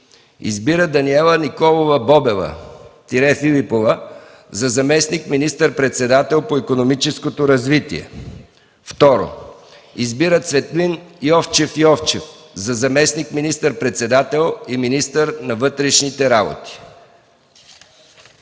Избира Даниела Николова Бобева-Филипова за заместник министър-председател по икономическото развитие. 2. Избира Цветлин Йовчев Йовчев за заместник министър-председател и министър на вътрешните работи.”